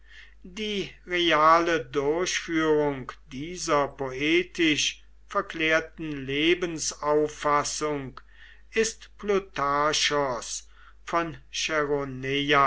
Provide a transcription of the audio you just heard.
die reale durchführung dieser poetisch verklärten lebensauffassung ist plutarchos von